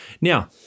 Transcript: Now